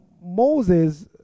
Moses